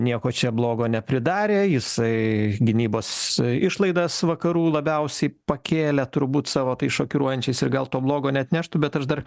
nieko čia blogo nepridarė jisai gynybos išlaidas vakarų labiausiai pakėlė turbūt savo tais šokiruojančiais ir gal to blogo neatneštų bet aš dar